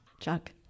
Chuck